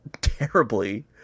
terribly